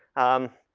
um,